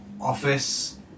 office